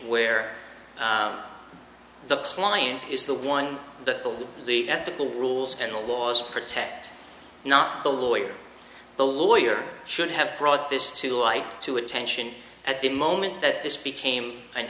where the client is the one that the ethical rules and the laws protect not the lawyer the lawyer should have brought this to light to attention at the moment that this became an